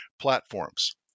platforms